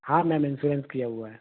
हाँ ma'am insurance किया हुआ है